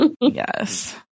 Yes